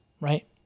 right